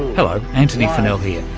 hello, antony funnell here,